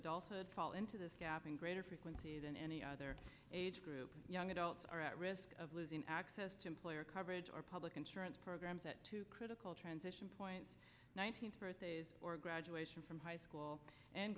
adulthood fall into this gap in greater frequency than any other age group young adults are at risk of losing access to employer coverage or public insurance programs at two critical transition point one hundred or graduation from high school and